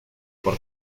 por